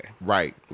Right